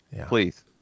please